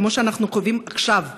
כמו שאנחנו חווים עכשיו בדרום.